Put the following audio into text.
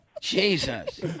Jesus